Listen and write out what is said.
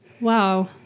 wow